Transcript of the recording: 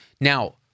Now